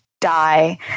die